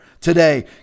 today